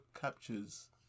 captures